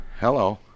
hello